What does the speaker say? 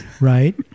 right